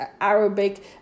Arabic